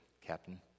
Captain